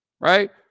right